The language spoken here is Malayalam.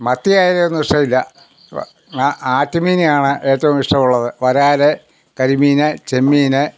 മത്തി അയല ഒന്നും ഇഷ്ടമില്ല ആറ്റുമീനെയാണ് ഏറ്റവും ഇഷ്ടമുള്ളത് വരാല് കരിമീന് ചെമ്മീന്